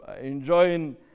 enjoying